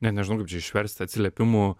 net nežinau kaip čia išversti atsiliepimų